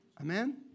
Amen